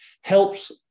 helps